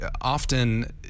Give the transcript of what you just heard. often